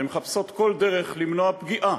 ומחפשות כל דרך למנוע פגיעה